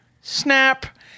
snap